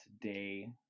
day